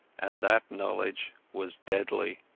and that knowledge was deadly.